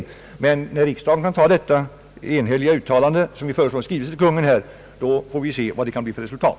Om riksdagen godtar utskottets enhälliga uttalande, som utmynnar i förslag om en skrivelse till Kungl. Maj:t, så får vi se vad det kan leda till för resultat.